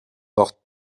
portent